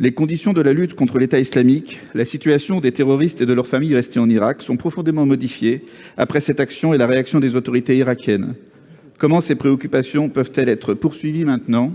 Les conditions de la lutte contre l'État islamique, ainsi que la situation des terroristes et de leurs familles restées en Irak, sont profondément modifiées après cette action et la réaction des autorités irakiennes. Comment ces préoccupations peuvent-elles être prises en